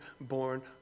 born